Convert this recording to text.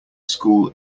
school